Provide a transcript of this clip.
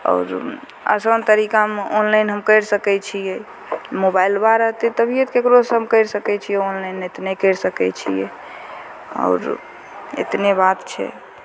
आओर आसान तरीकामे ऑनलाइन हम करि सकै छिए मोबाइलबा रहतै तभिए तऽ ककरोसे हम करि सकै छिए ऑनलाइन नहि तऽ नहि करि सकै छिए आओर एतने बात छै